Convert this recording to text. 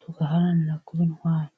tugaharanira kuba intwari.